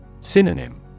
Synonym